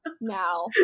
now